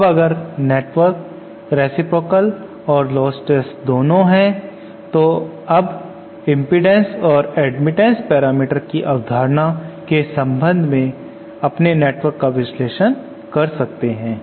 और अगर network reciprocal और लोस्टलेस दोनों है तो अब इम्पीडेन्स और एडमिटन्स पैरामीटर्स की अवधारणा के संबंध में अपने नेटवर्क का विश्लेषण कर सकते हैं